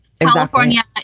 california